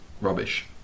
rubbish